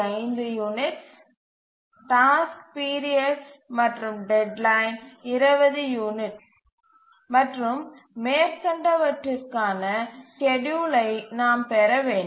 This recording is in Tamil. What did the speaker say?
5 யூனிட்ஸ் டாஸ்க் பீரியட் மற்றும் டெட்லைன் 20 யூனிட்ஸ் மற்றும் மேற்கண்டவற்றிற்கான ஸ்கேட்யூலை நாம் பெற வேண்டும்